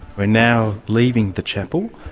we're now leaving the chapel,